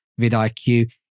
vidIQ